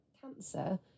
cancer